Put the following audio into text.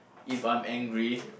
if I am angry